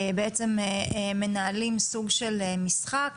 בעצם מנהלים סוג של משחק,